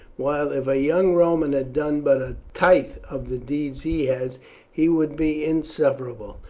while if a young roman had done but a tithe of the deeds he has he would be insufferable.